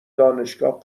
دانشگاه